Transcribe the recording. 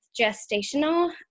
gestational